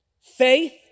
Faith